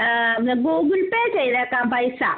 Google Pay ചെയ്തേക്കാം പൈസ